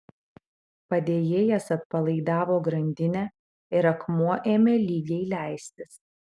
padėjėjas atpalaidavo grandinę ir akmuo ėmė lygiai leistis